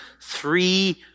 three